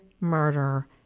murder